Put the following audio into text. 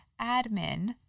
admin